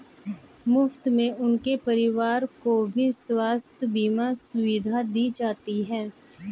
मुफ्त में उनके परिवार को भी स्वास्थ्य बीमा सुविधा दी जाती है